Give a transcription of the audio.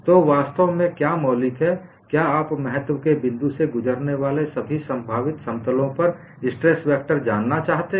तो वास्तव में क्या मौलिक है क्या आप महत्तव के बिंदु से गुजरने वाले सभी संभावित समतलों पर स्ट्रेस वेक्टर जानना चाहते हैं